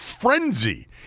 frenzy